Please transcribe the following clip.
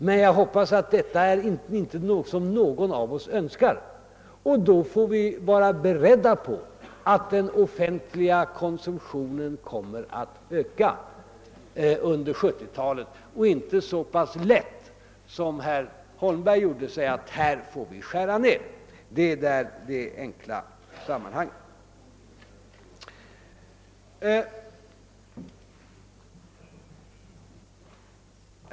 Men jag hoppas att detta inte är något som någon av oss önskar. Vi får vara beredda på att den offentliga konsumtionen kommer att öka under 1970-talet. Vi får inte göra det så lätt för oss, som herr Holmberg ville göra, och bara säga att vi måste skära ned. Det är det enkla sammanhanget.